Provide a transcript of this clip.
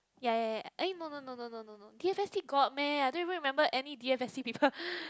ya ya ya eh no no no no no no no D_F_S_T got meh I don't even remember any D_F_S_T people